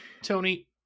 Tony